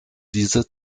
diese